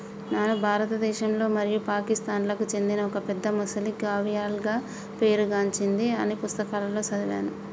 నాను భారతదేశంలో మరియు పాకిస్తాన్లకు చెందిన ఒక పెద్ద మొసలి గావియల్గా పేరు గాంచింది అని పుస్తకాలలో సదివాను